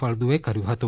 ફળદુએ કર્યું હતું